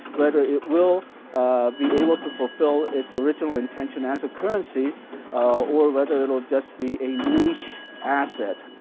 whether it will be able to fulfill its original intention as a currency or whether it will just be a niche asset